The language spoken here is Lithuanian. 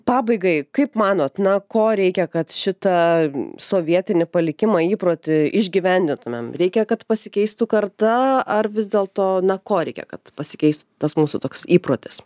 pabaigai kaip manot na ko reikia kad šitą sovietinį palikimą įprotį išgyvendintumėm reikia kad pasikeistų karta ar vis dėlto na ko reikia kad pasikeistų tas mūsų toks įprotis